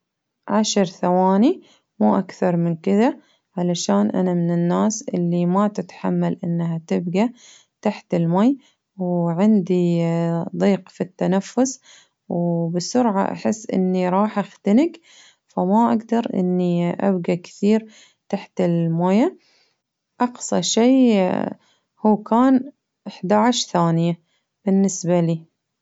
عشر ثواني مو أكثر من كذا علشان أنا من الناس اللي ما تتحمل إنها تبقى تحت المي، وعندي اه ضيق في التنفس، وبسرعة أحس إني راح أختنج وما أقدر إني أبجى كثير تحت الموية، أقصى شي هو كان أحد عشر ثانية بالنسبة لي.